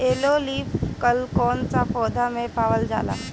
Yellow leaf कल कौन सा पौधा में पावल जाला?